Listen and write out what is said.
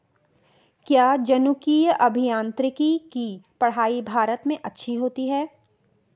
क्या जनुकीय अभियांत्रिकी की पढ़ाई भारत में अच्छी नहीं होती?